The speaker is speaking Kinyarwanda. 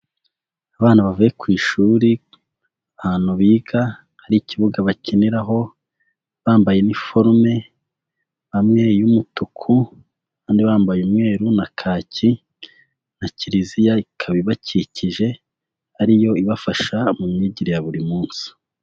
Abana bavuye ku ishuri ahantu biga hari ikibuga bakiniraho, bambaye uniforme hamwe y'umutuku abandi bambaye umweru na kaki, na Kiliziya ikaba ibakikije, ariyo ibafasha mu myigire ya buri munsi.